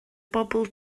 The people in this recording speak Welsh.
bobl